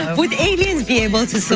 would aliens be able to so